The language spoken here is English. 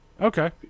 Okay